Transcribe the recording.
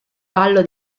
ballo